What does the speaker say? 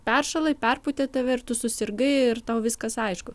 peršalai perpūtė tave ir tu susirgai ir tau viskas aišku